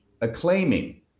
acclaiming